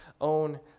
own